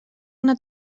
una